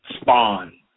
spawn